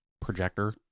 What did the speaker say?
projector